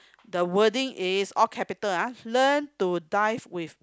the wording is all capital ah learn to dive with